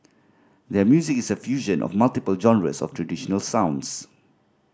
their music is a fusion of multiple genres of traditional sounds